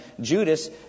Judas